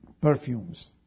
Perfumes